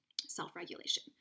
self-regulation